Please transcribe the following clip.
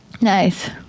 Nice